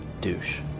douche